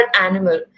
Animal